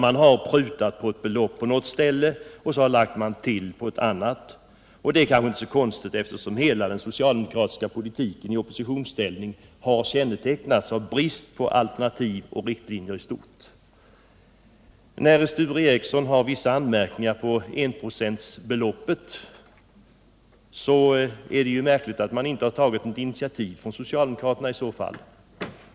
De har prutat på beloppet på något ställe och lagt till på ett annat. Det är kanske inte så konstigt, eftersom hela den socialdemokratiska politiken i oppositionsställning har kännetecknats av brist på alternativ och riktlinjer i stort. Sture Ericson har vissa anmärkningar på enprocentsbeloppet. Det är då märkligt att socialdemokraterna inte tagit något initiativ på den punkten.